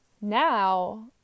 now